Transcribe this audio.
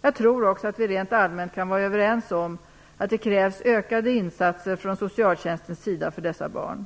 Jag tror också att vi rent allmänt kan vara överens om att det krävs ökade insatser från socialtjänstens sida för dessa barn.